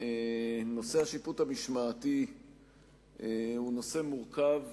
נושא השיפוט המשמעתי הוא נושא מורכב,